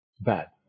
bad